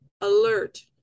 alert